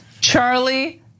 Charlie